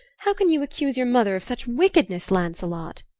how can you accuse your mother of such wickedness, lancelot?